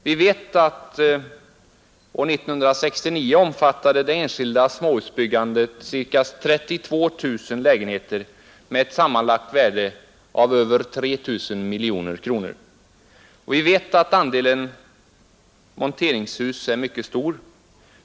Vi vet att år 1969 omfattade det enskilda småhusbyggandet ca 32 000 lägenheter med ett sammanlagt värde av över 3 000 miljoner kronor. Vi vet att andelen monteringsfärdiga hus är mycket stor.